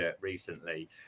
recently